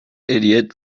idiot